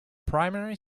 primary